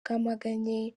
bwamaganye